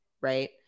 Right